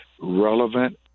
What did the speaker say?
relevant